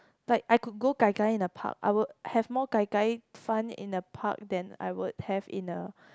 like I could go gai gai in the park I would have more gai gai fun in the park than I would have in a